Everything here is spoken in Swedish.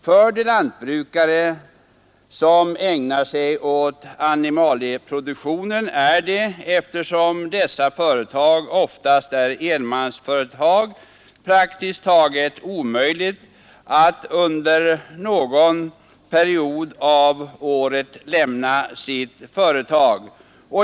För de lantbrukare som ägnar sig åt animalieproduktion är det, eftersom dessa tag, praktiskt taget omöjligt att under någon period av året lämna sitt företag.